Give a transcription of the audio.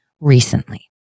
recently